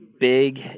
big